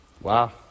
Wow